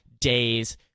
days